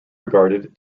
regarded